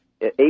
eight